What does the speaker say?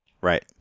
Right